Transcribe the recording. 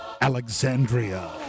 Alexandria